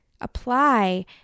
Apply